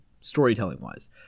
storytelling-wise